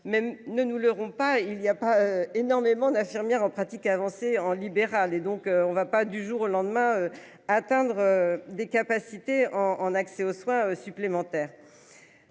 même ne nous leurrons pas, il y a pas énormément d'infirmières en pratique avancée en libéral, et donc on ne va pas du jour au lendemain. Atteindre des capacités en en accès aux soins supplémentaires.